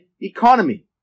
economy